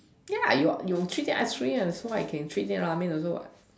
ya you you treat them ice cream so what I can treat them Ramen also what